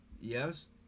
yes